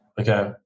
Okay